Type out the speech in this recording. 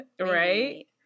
Right